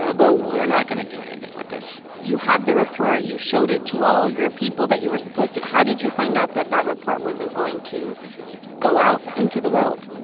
ah but we're not going to do anything with this you had the report. you showed it to all your people that you were supposed to. how did you find out that that report wasn't going to go out into the world?